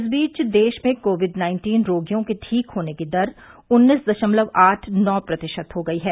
इस बीच देश में कोविड नाइन्टीन रोगियों के ठीक होने की दर उन्नीस दशमलव आठ नौ प्रतिशत हो गई है